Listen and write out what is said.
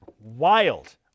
Wild